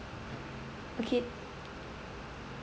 okay